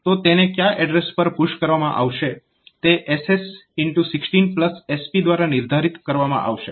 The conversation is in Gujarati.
તો તેને ક્યાં એડ્રેસ પર પુશ કરવામાં આવશે તે SS16SP દ્વારા નિર્ધારીત કરવામાં આવશે